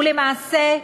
ולמעשה,